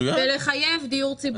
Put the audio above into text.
לחייב דיור ציבורי,